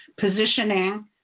Positioning